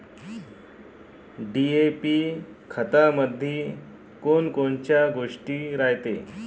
DAP खतामंदी कोनकोनच्या गोष्टी रायते?